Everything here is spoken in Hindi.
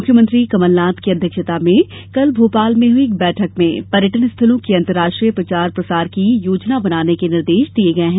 मुख्यमंत्री कमलनाथ की अध्यक्षता में कल भोपाल में हुई एक बैठक में पर्यटन स्थलों के अंतर्राष्ट्रीय प्रचार प्रसार की योजना बनाने के निर्देश भी दिये गये हैं